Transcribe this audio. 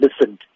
listened